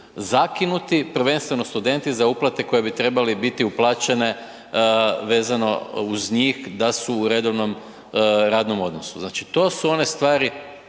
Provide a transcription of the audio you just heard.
zakinuti prvenstveno studenti za uplate koje bi trebale biti uplaćene vezano uz njih da su u redovnom radnom odnosu. Znači to su one stvari